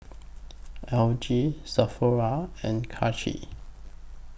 L G Sephora and Karcher